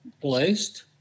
placed